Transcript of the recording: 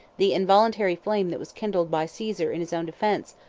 the involuntary flame that was kindled by caesar in his own defence,